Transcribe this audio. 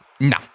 No